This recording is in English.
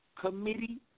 committee